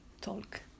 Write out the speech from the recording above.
talk